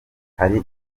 hari